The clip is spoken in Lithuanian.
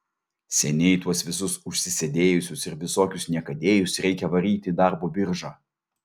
seniai tuos visus užsisėdėjusius ir visokius niekadėjus reikia varyti į darbo biržą